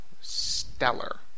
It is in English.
stellar